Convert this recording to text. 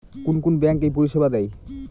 কোন কোন ব্যাঙ্ক এই পরিষেবা দেয়?